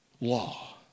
law